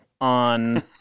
on